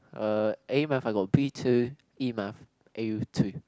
uh A math I got B two E math A two